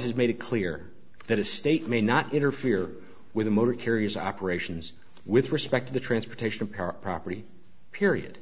has made it clear that a state may not interfere with a motor carries operations with respect to the transportation of power property period